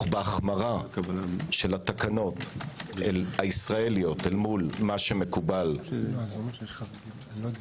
בהחמרה של התקנות הישראליות אל מול מה שמקובל באירופה,